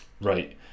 right